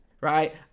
right